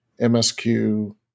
MSQ